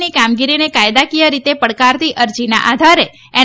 ની કામગીરીને કાયદાકીય રીતે પડકારતી અરજીના આધારે એન